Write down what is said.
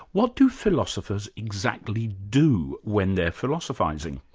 what do philosophers exactly do when they're philosophising?